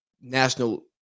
National